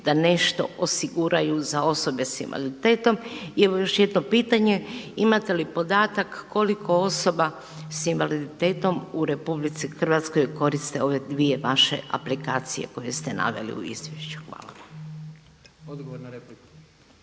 da nešto osiguraju za osobe sa invaliditetom. I evo još jedno pitanje, imate li podatak koliko osoba s invaliditetom u RH koriste ove dvije vaše aplikacije koje ste naveli u izvješću? Hvala vam.